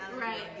right